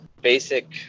basic